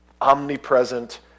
omnipresent